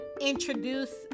introduce